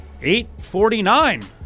$8.49